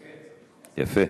יפה.